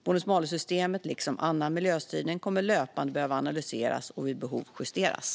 Bonus-malus-systemet, liksom annan miljöstyrning, kommer löpande att behöva analyseras och vid behov justeras.